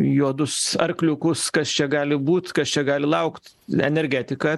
juodus arkliukus kas čia gali būt kas čia gali laukt energetika